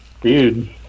Dude